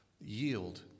Yield